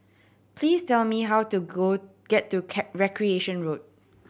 please tell me how to go get to Recreation Road